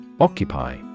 Occupy